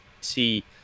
see